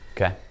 Okay